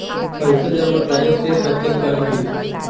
पैसा जमा करे से कतेक ब्याज मिलही?